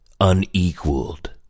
unequaled